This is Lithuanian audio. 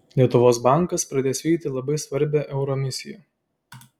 lietuvos bankas pradės vykdyti labai svarbią euro misiją